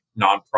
nonprofit